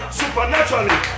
supernaturally